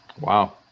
Wow